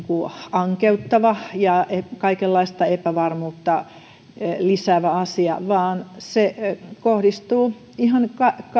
ankeuttava ja kaikenlaista epävarmuutta lisäävä asia vaan se kohdistuu ihan